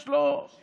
יש לו כיוון.